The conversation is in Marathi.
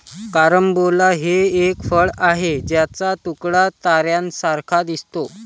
कारंबोला हे एक फळ आहे ज्याचा तुकडा ताऱ्यांसारखा दिसतो